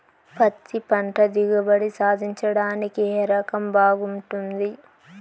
పత్తి పంట దిగుబడి సాధించడానికి ఏ రకం బాగుంటుంది?